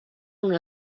una